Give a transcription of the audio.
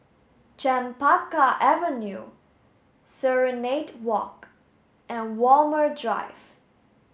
Chempaka Avenue Serenade Walk and Walmer Drive